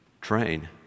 train